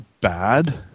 bad